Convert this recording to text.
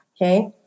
Okay